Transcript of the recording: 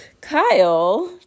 Kyle